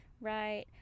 right